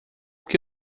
que